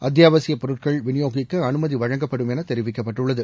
அத்தியாவசியப் பொருட்கள் விநியோகிக்க அனுமதி வழங்கப்படும் என தெரிவிக்கப்பட்டுள்ளது